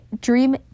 dream